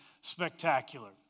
spectacular